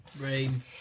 Rain